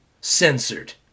censored